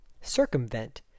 Circumvent